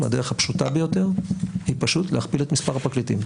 הדרך הפשוטה ביותר היא פשוט להכפיל את מספר הפרקליטים.